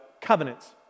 covenants